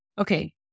Okay